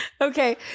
Okay